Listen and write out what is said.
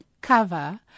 cover